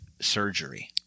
surgery